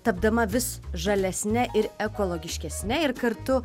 tapdama vis žalesne ir ekologiškesne ir kartu